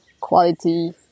quality